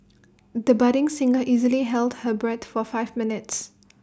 the budding singer easily held her breath for five minutes